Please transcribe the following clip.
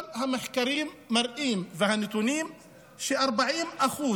כל המחקרים והנתונים מראים ש-40%